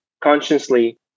consciously